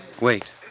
Wait